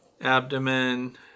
abdomen